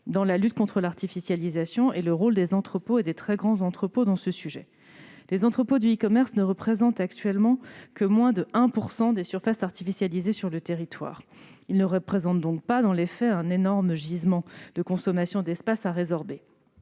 dans la lutte contre l'artificialisation des sols et le rôle des entrepôts et des très grands entrepôts en la matière. Les entrepôts de e-commerce ne représentent actuellement que moins de 1 % des surfaces artificialisées sur le territoire. Ils ne constituent donc pas, dans les faits, un énorme gisement de consommation d'espace à résorber.